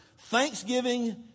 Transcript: Thanksgiving